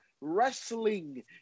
Wrestling